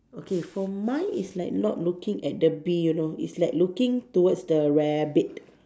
okay for mine is like not looking at the bee you know it's like looking towards the rabbit